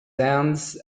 hands